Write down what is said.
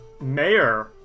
Mayor